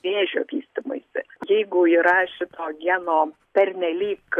vėžio vystymuisi jeigu yra šito geno pernelyg